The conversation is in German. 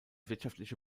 wirtschaftliche